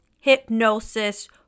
hypnosis